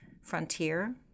frontier